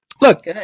look